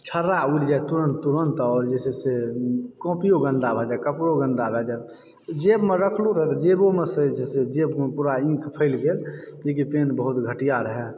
छड़ा उड़ि जाइ तुरन्त तुरन्त आओर जे छै से कॉपी यो गन्दा भऽ जाइ कपड़ो गन्दा भऽ जाइ जेबमे राखलहुॅं रहै जेबोमे से जे छै जेबोमे पूरा इंक फैल गैल कियाकी पेन बहुत घटिया रहै